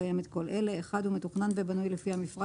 מקיים את כל אלה: הוא מתוכנן ובנוי לפי המפרט